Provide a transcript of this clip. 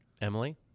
Emily